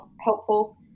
helpful